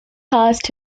passed